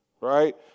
right